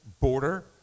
border